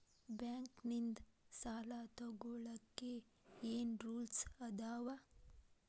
Bank ನಿಂದ್ ಸಾಲ ತೊಗೋಳಕ್ಕೆ ಏನ್ ರೂಲ್ಸ್ ಅದಾವ?